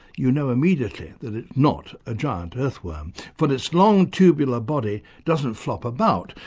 you know immediately that it's not a giant earthworm, for its long tubular body doesn't flop about,